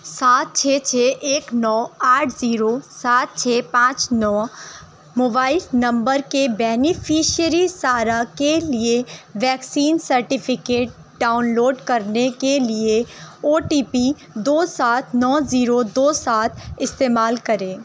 سات چھ چھ ایک نو آٹھ زیرو سات چھ پانچ نو موبائل نمبر کے بینیفیشری سارہ کے لیے ویکسین سرٹیفکیٹ ڈاؤن لوڈ کرنے کے لیے او ٹی پی دو سات نو زیرو دو سات استعمال کریں